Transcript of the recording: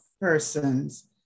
persons